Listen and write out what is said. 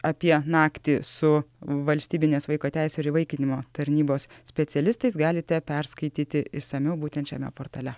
apie naktį su valstybinės vaiko teisių ir įvaikinimo tarnybos specialistais galite perskaityti išsamiau būtent šiame portale